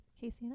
Casey